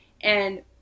and-